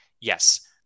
yes